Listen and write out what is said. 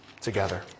together